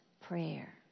prayer